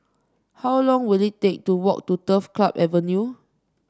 how long will it take to walk to Turf Club Avenue